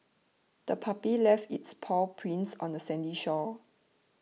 the puppy left its paw prints on the sandy shore